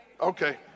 Okay